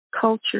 culture